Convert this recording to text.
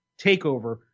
takeover